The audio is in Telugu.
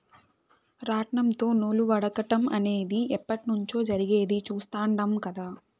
రాట్నంతో నూలు వడకటం అనేది ఎప్పట్నుంచో జరిగేది చుస్తాండం కదా